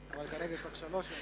אבל כרגע יש לך שלוש דקות.